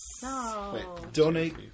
donate